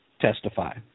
testify